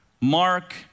Mark